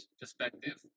perspective